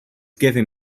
giving